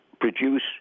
produce